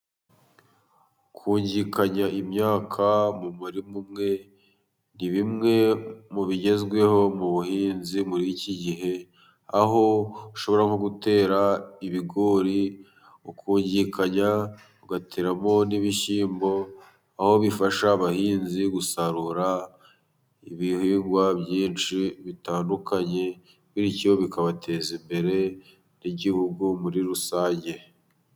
Kungikanya imyaka mu murima umwe, ni bimwe mu bigezweho mu buhinzi muri iki gihe, aho ushobora nko gutera ibigori ukungikanya ugateramo n'ibishyimbo, aho bifasha abahinzi gusarura ibihingwa byinshi bitandukanye, bityo bikabateza imbere n'igihugu muri rusange.